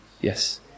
Yes